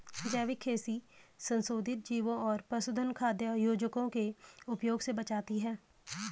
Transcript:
जैविक खेती संशोधित जीवों और पशुधन खाद्य योजकों के उपयोग से बचाती है